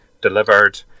delivered